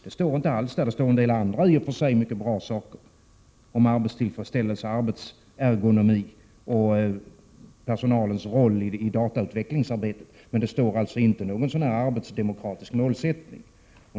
Där redovisas en del andra i och för sig mycket bra saker, om arbetstillfredsställelse och arbetsergonomi och om personalens roll i datautvecklingsarbetet, men där anges inte någon arbetsdemokratisk målsättning.